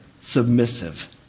Submissive